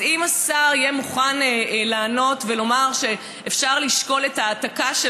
אז אם השר יהיה מוכן לעלות ולומר שאפשר לשקול את ההעתקה של